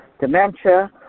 dementia